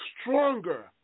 stronger